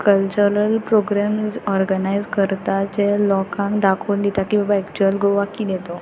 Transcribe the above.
cultural programmes organise करता जे लोकांक दाखोवन दिता की बाबा एक्चुअल गोवा किदें तो